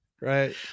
Right